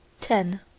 ten